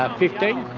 ah fifteen.